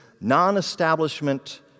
non-establishment